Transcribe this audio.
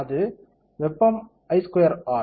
அது வெப்பம் I square R